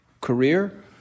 career